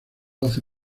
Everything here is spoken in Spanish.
hace